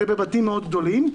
זה בבתים מאוד גדולים.